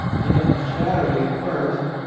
dim and shadowy at first,